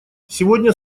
сегодня